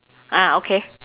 ah okay